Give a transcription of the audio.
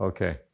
Okay